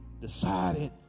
decided